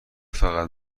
فقط